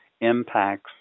impacts